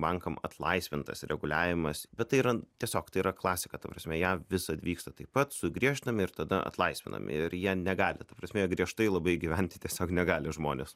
bankam atlaisvintas reguliavimas bet tai yra tiesiog tai yra klasika ta prasme jav visad vyksta taip pat sugriežtinami ir tada atlaisvinami ir jie negali ta prasme jie griežtai labai gyventi tiesiog negali žmonės